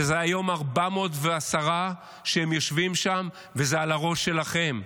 וזה היום ה-410 שהם יושבים שם, וזה על הראש שלכם.